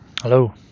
Hello